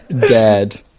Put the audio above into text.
Dead